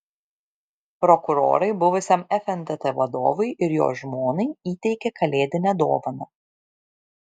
prokurorai buvusiam fntt vadovui ir jo žmonai įteikė kalėdinę dovaną